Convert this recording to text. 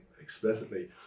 explicitly